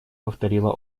повторила